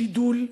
שידול,